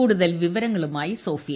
കൂടുതൽ വിവരങ്ങളുമായി സോഫിയ